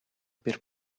per